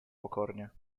pokornie